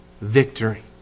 victory